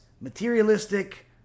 Materialistic